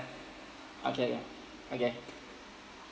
okay ya okay